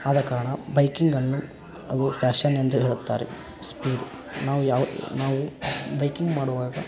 ಆದ ಕಾರಣ ಬೈಕಿಂಗನ್ನು ಅದು ಫ್ಯಾಷನ್ ಎಂದು ಹೇಳುತ್ತಾರೆ ಸ್ಪೀಡ್ ನಾವು ಯಾವ ನಾವು ಬೈಕಿಂಗ್ ಮಾಡುವಾಗ